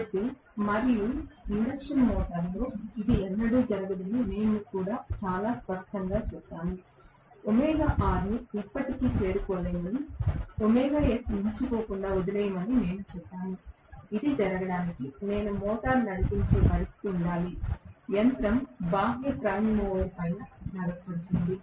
కాబట్టి మరియు ఇండక్షన్ మోటారులో ఇది ఎన్నడూ జరగదని మేము కూడా చాలా స్పష్టంగా చెప్పాము ని ఎప్పటికీ చేరుకోలేమని మించిపోకుండా వదిలేయమని మేము చెప్పాము ఇది జరగడానికి నేను మోటారును నడిపించే పరిస్థితి ఉండాలి యంత్రం బాహ్య ప్రైమ్ మూవర్ చేత నడపబడుతుంది